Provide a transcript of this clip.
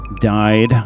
died